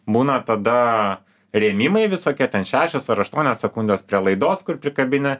būna tada rėmimai visokie ten šešios ar aštuonios sekundės prie laidos kur prikabini